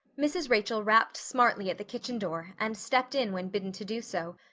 mrs. rachel rapped smartly at the kitchen door and stepped in when bidden to do so.